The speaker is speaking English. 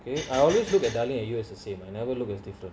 know I always look at us the same I never look as different